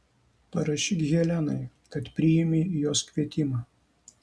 parašyk helenai kad priimi jos kvietimą